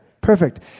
perfect